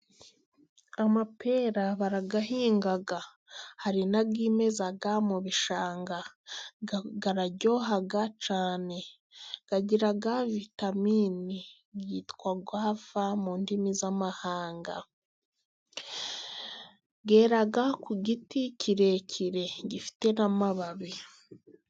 Amapera barayahinga hari n'ayimeza mu bishanga, araryoha cyane agira vitamini ,yitwa gwava mundimi z'amahanga ,yera ku giti kirekire gifite n'amababi.